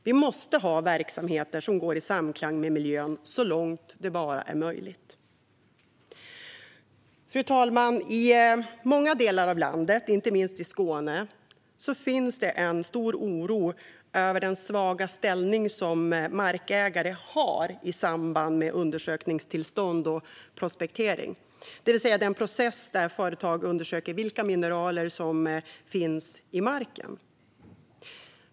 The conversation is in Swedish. Vi måste ha verksamheter som går i samklang med miljön så långt det bara är möjligt. Fru talman! I många delar av landet, inte minst i Skåne, finns en stor oro över den svaga ställning som markägare har i samband med undersökningstillstånd och prospektering, det vill säga den process där företag undersöker vilka mineraler som finns i marken.